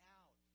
out